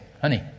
honey